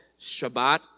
Shabbat